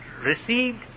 received